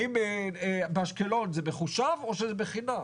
האם באשקלון זה מחושב, או שזה בחינם?